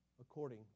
according